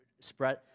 spread